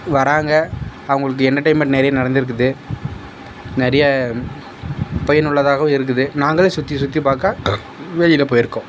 வராங்க அவர்களுக்கு என்டேர்டைன்மென்ட் நிறைய நடந்திருக்குது நிறையா பயனுள்ளதாகவும் இருக்குது நாங்களும் சுற்றி சுற்றி பார்க்க வெளியில் போயிருக்கோம்